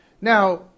Now